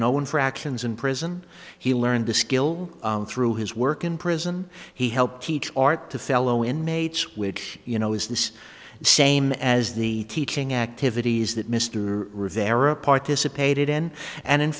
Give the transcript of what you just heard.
known fractions in prison he learned a skill through his work in prison he helped teach art to fellow inmates which you know is this the same as the teaching activities that mr rivera participated in and in